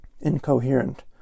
incoherent